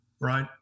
right